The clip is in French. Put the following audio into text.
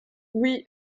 oui